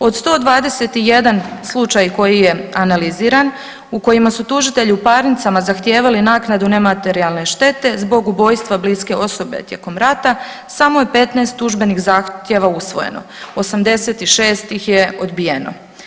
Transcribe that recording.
Od 121 slučaj koji je analiziran u kojima su tužitelji u parnicama zahtijevali naknadu nematerijalne štete zbog ubojstva bliske osobe tijekom rata samo je 15 tužbena zahtjeva usvojeno, 86 ih je odbijeno.